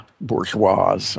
bourgeois